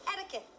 etiquette